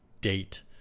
date